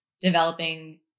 developing